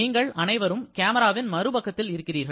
நீங்கள் அனைவரும் கேமராவின் மறுபக்கத்தில் இருக்கிறீர்கள்